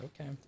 Okay